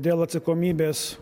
dėl atsakomybės